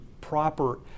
proper